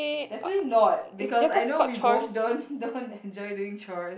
definitely not because I know we both don't don't enjoy doing chores